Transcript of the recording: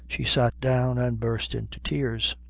she sat down and burst into tears.